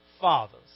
fathers